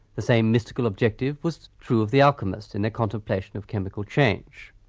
the same mystical objective was true of the alchemists in their contemplation of chemical change,